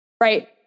right